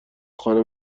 خانه